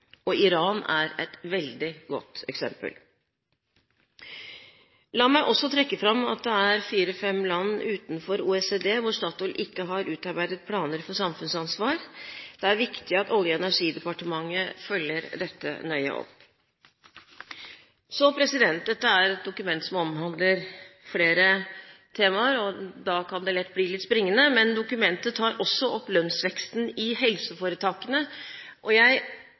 Iran er et veldig godt eksempel. La meg også trekke fram at det er fire–fem land utenfor OECD hvor Statoil ikke har utarbeidet planer for samfunnsansvar. Det er viktig at Olje- og energidepartementet følger dette nøye opp. Dette er et dokument som omhandler flere temaer, og da kan det lett bli litt springende. Men dokumentet tar også opp lønnsveksten i helseforetakene. Jeg